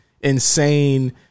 insane